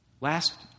Last